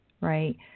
right